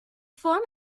form